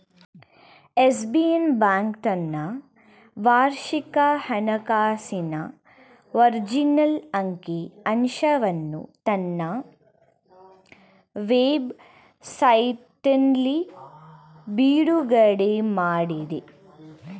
SBI bank ತನ್ನ ವಾರ್ಷಿಕ ಹಣಕಾಸಿನ ಮಾರ್ಜಿನಲ್ ಅಂಕಿ ಅಂಶವನ್ನು ತನ್ನ ವೆಬ್ ಸೈಟ್ನಲ್ಲಿ ಬಿಡುಗಡೆಮಾಡಿದೆ